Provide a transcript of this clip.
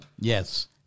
yes